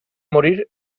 morir